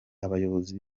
abayobozi